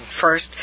First